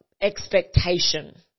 expectation